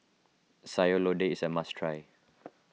Sayur Lodeh is a must try